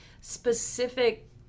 specific